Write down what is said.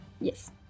Yes